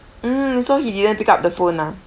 mm so he didn't pick up the phone ah